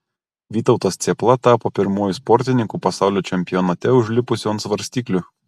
vytautas cėpla tapo pirmuoju sportininku pasaulio čempionate užlipusiu ant svarstyklių